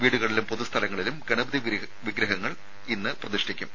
വീടുകളിലും പൊതുസ്ഥലങ്ങളിലും ഗണപതി വിഗ്രഹങ്ങൾ ഇന്ന് പ്രതിഷ്ഠിക്കും